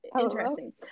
Interesting